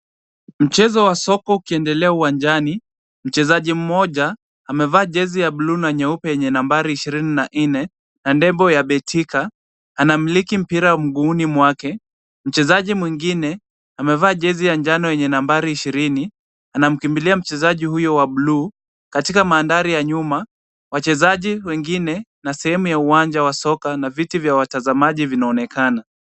Mchezo wa soka ukiendelea uwanjani, mchezaji mmoja amevaa jezi ya buluu na nyeupe yenye nambari 24 na lebo ya Betika anamiliki mpira mguuni mwake. Mchezaji mwengine amevaa jezi ya njano yenye nambari 20 anamkimbilia mchezaji huyu wa buluu. Katika mandhari ya nyuma, wachezaji wengine na sehemu ya uwanja wa soka na viti vya watazamaji vinaonekana.